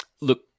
Look